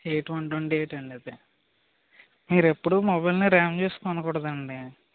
ఎ twen twenty eight అండి అది మీరు ఎప్పుడు మొబైల్నే ర్యామ్ చూసి కొనగూడదండి